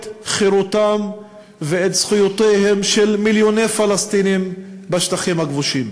חירותם ואת זכויותיהם של מיליוני פלסטינים בשטחים הכבושים.